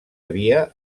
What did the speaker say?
havia